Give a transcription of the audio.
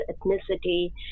ethnicity